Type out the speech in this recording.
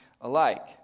alike